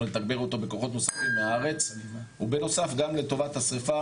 לתגבר אותו בכוחות נוספים מהארץ ובנוסף גם לטובת השריפה